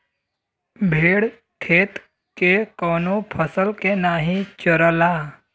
भेड़ खेत के कवनो फसल के नाही चरला